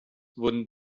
wurden